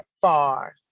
far